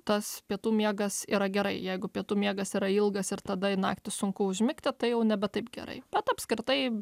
tas pietų miegas yra gerai jeigu pietų miegas yra ilgas ir tada į naktį sunku užmigti tai jau nebe taip gerai bet apskritai